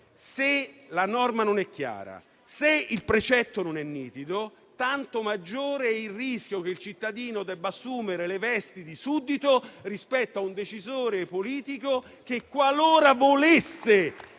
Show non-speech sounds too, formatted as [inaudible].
Se la norma non è chiara e il precetto non è nitido, maggiore è il rischio che il cittadino debba assumere le vesti di suddito rispetto a un decisore politico [applause] che, qualora volesse